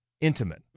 intimate